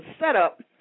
setup